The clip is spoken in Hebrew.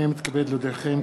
הנני מתכבד להודיעכם,